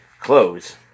clothes